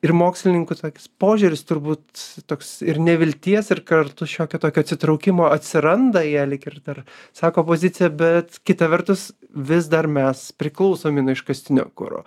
ir mokslininkų toks požiūris turbūt toks ir nevilties ir kartu šiokio tokio atsitraukimo atsiranda jie lyg ir dar sako poziciją bet kita vertus vis dar mes priklausomi nuo iškastinio kuro